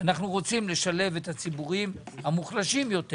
אנחנו רוצים לשלב את הציבורים המוחלשים יותר,